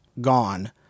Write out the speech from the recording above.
gone